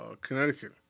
Connecticut